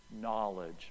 knowledge